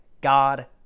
God